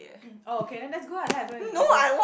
oh can that's good lah then I don't have to give you